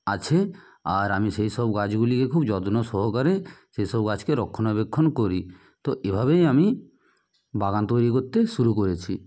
আছে আর আমি সেইসব গাছগুলিকে খুব যত্ন সহকারে সেইসব গাছকে রক্ষণাবেক্ষণ করি তো এভাবেই আমি বাগান তৈরি করতে শুরু করেছি